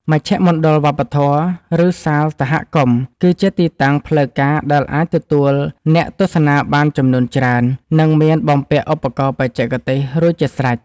មជ្ឈមណ្ឌលវប្បធម៌ ឬសាលសហគមន៍ គឺជាទីតាំងផ្លូវការដែលអាចទទួលអ្នកទស្សនាបានចំនួនច្រើន និងមានបំពាក់ឧបករណ៍បច្ចេកទេសរួចជាស្រេច។